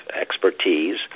expertise